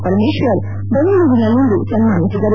ಪರಮೇಶ್ವರ್ ಬೆಂಗಳೂರಿನಲ್ಲಿಂದು ಸನ್ಮಾನಿಸಿದರು